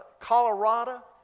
colorado